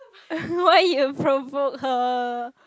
why you provoke her